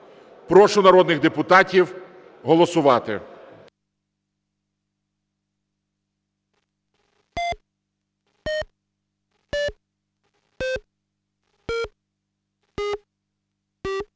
Прошу народних депутатів голосувати.